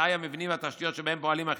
במצאי המבנים והתשתיות שבהם פועלים מוסדות